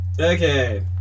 Okay